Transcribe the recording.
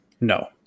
no